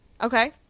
Okay